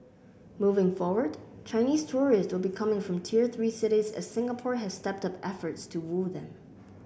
moving forward Chinese tourists will be coming from tier three cities as Singapore has stepped up efforts to woo them